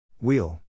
Wheel